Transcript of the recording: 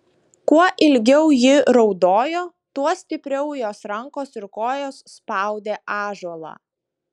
kuo ilgiau ji raudojo tuo stipriau jos rankos ir kojos spaudė ąžuolą